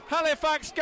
Halifax